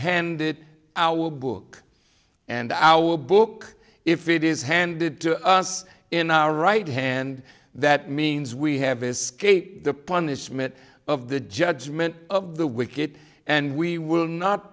handed our book and our book if it is handed to us in our right hand that means we have escaped the punishment of the judgment of the wicked and we will not